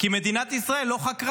כי מדינת ישראל לא חקרה,